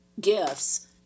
gifts